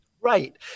Right